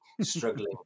struggling